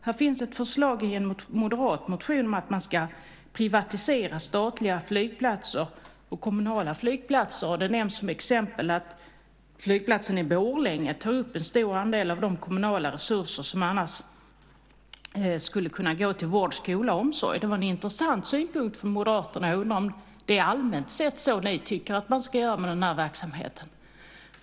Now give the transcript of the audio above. Här finns ett förslag i en moderat motion om att man ska privatisera statliga och kommunala flygplatser, och det nämns som ett exempel att flygplatsen i Borlänge tar upp en stor andel av de kommunala resurser som annars skulle kunna gå till vård, skola och omsorg. Det var en intressant synpunkt från Moderaterna. Jag undrar om det allmänt sett är så ni tycker att man ska göra med den här verksamheten.